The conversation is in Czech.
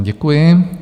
Děkuji.